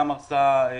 הרסה גם